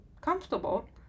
comfortable